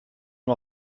nur